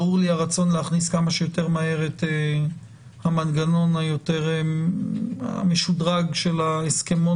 ברור לי הרצון להכניס כמה שיותר מהר את המנגנון המשודרג של ההסכמון